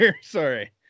sorry